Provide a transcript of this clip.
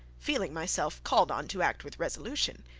feeling myself called on to act with resolution,